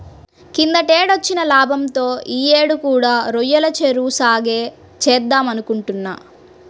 కిందటేడొచ్చిన లాభంతో యీ యేడు కూడా రొయ్యల చెరువు సాగే చేద్దామనుకుంటున్నా